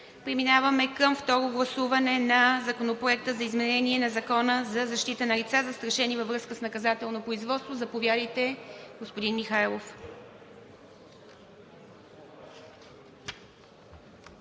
Преминаваме към второ гласуване на Законопроекта за изменение и допълнение на Закона за защита на лица, застрашени във връзка с наказателно производство. Заповядайте, господин Михайлов.